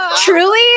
truly